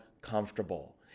comfortable